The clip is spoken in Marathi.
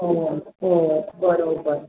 हो हो बरोबर